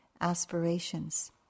aspirations